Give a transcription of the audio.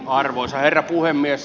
arvoisa herra puhemies